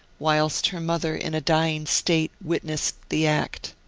whilst her mother, in a dying state, witnessed the act.